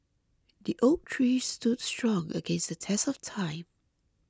the oak tree stood strong against the test of time